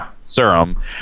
serum